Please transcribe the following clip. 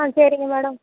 ஆ சரிங்க மேடம்